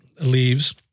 leaves